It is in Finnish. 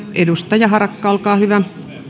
edustaja harakka olkaa hyvä